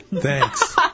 Thanks